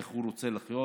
איך שהוא רוצה לחיות,